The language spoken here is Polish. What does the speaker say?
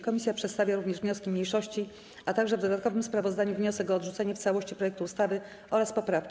Komisja przedstawia również wnioski mniejszości, a także w dodatkowym sprawozdaniu wniosek o odrzucenie w całości projektu ustawy oraz poprawki.